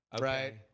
right